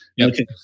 Okay